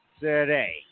today